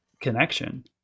connection